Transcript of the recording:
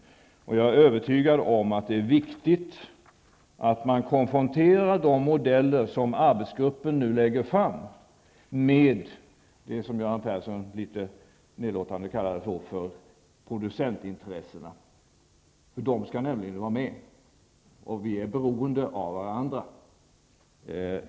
Jag är övertygad om att det är viktigt att man konfronterar de modeller som arbetsgruppen nu lägger fram med det som Göran Persson litet nedlåtande kallar producentintressena. De skall nämligen vara med, och vi är beroende av varandra.